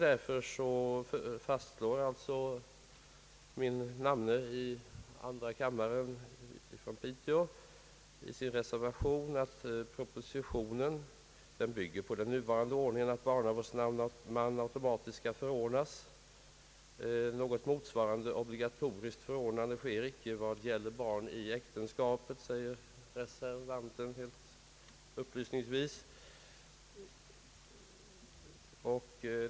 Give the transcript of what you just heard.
Därför fastslår min namne från Piteå i andra kammaren i sin reservation, att propositionen bygger på den nuvarande ordningen att barnavårdsman automatiskt skall förordnas. Något motsvarande obligatoriskt förordnande sker icke beträffande barn i äktenskap, säger reservanten upplysningsvis.